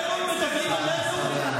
תודה רבה, חבר הכנסת.